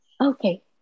Okay